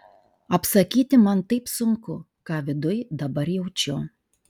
apsakyti man taip sunku ką viduj dabar jaučiu